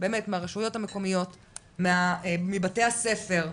אלא מהרשויות המקומיות, מבתי הספר,